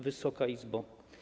Wysoka Izbo!